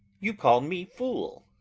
you call me fool.